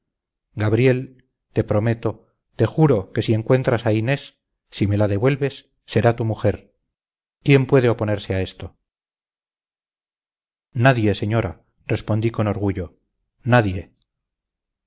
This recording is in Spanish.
gabriel te prometo te juro que si encuentras a inés si me la devuelves será tu mujer quién puede oponerse a esto nadie señora respondí con orgullo nadie